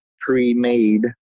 pre-made